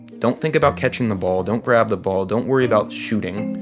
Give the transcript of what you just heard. don't think about catching the ball. don't grab the ball. don't worry about shooting.